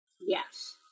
Yes